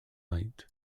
light